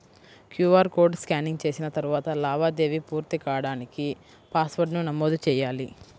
QR code scanning చేసిన తరువాత లావాదేవీ పూర్తి కాడానికి పాస్వర్డ్ను నమోదు చెయ్యాలి